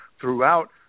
throughout